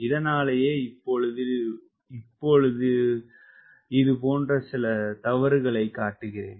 இதனாலேயே இப்பொழுதிலிருந்து இது போன்ற சிறு தவறுகளைக் காட்டுகிறேன்